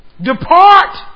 Depart